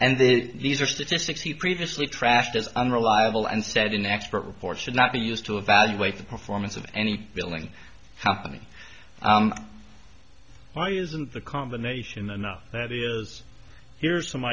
then these are statistics he previously trashed as unreliable and said an expert report should not be used to evaluate the performance of any willing company why isn't the combination the enough that is here's some